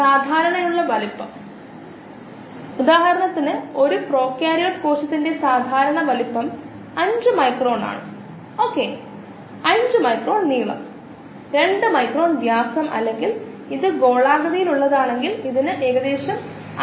സാധാരണയായി എക്സ്ട്രാസെല്ലുലാർ സ്പേസിൽ നൽകുന്ന ഗ്ലൂക്കോസ് മെംബറേൻ ഗ്ലൂക്കോസിനെ ട്രാൻസ്പോർട്ടറുകളിലൂടെ കോശങ്ങളിലേക്കു കൊണ്ടുപോകുന്നു തുടർന്ന് അത് എൻസൈമാറ്റിക് പ്രതികരണത്തിലൂടെ ഗ്ലൂക്കോസ് 6 ഫോസ്ഫേറ്റിലേക്ക് പരിവർത്തനം ചെയ്യപ്പെടുകയും മറ്റൊരു എൻസൈമാറ്റിക് പ്രതികരണത്തിലൂടെ 6 ഫോസ്ഫേറ്റ്0ഫ്രക്ടോസ് ആക്കുകയും ചെയ്യുന്നു